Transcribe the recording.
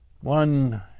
one